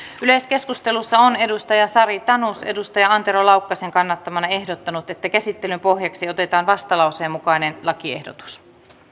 yleiskeskustelussa on sari tanus antero laukkasen kannattamana ehdottanut että käsittelyn pohjaksi otetaan vastalauseen mukainen lakiehdotus